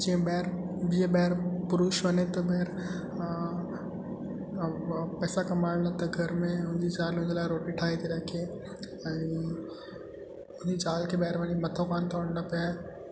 जंहिं ॿाहिरि जीअं ॿाहिरि पुरुष वञे त ॿाहिरि अ व पैसा कमाइण लाइ त घर में हुनिजी ज़ाल हुन लाइ रोटी ठाहे थी रखे ऐं हुन जी ज़ाल खे ॿाहिरि खे वञी मथो कान थो हणिणो पए